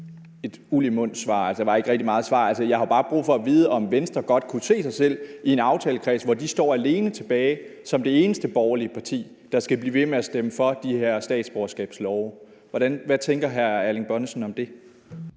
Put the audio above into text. uld i mund-svar. Altså, der var ikke meget svar i det. Jeg har bare brug for at vide, om Venstre godt kunne se sig selv i en aftalekreds, hvor de står alene tilbage som det eneste borgerlige parti, der skal blive ved med at stemme for de her statsborgerskabslovforslag. Hvad tænker hr. Erling Bonnesen om det?